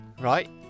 Right